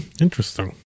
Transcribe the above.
Interesting